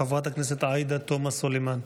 חברת הכנסת עאידה תומא סלימאן.